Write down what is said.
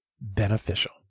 beneficial